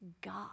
God